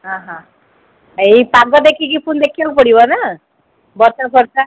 ଆ ହାଁ ଏଇ ପାଗ ଦେଖିକି ପୁଣି ଦେଖିଆକୁ ପଡ଼ିବ ନା ବର୍ଷା ଫର୍ଷା